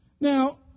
Now